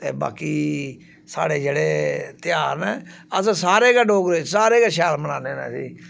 ते बाकी साढ़े जेह्ड़े त्यहार न अस सारे गै डोगरे सारे गै शैल मनान्ने इसी